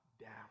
down